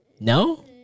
No